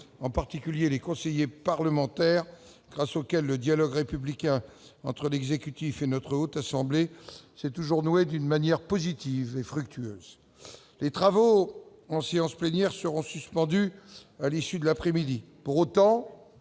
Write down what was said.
en particulier les conseillers parlementaires, grâce auxquels le dialogue républicain entre l'exécutif et la Haute Assemblée a pu se nouer de manière positive et fructueuse. Les travaux en séance plénière seront suspendus à l'issue de l'après-midi. Pour autant,